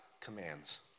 commands